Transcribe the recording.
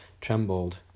trembled